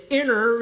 inner